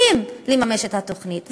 שיכולים לממש את התוכנית,